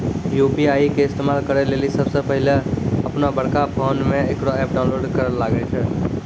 UPI के इस्तेमाल करै लेली सबसे पहिलै अपनोबड़का फोनमे इकरो ऐप डाउनलोड करैल लागै छै